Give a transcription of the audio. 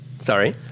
sorry